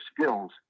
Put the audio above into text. skills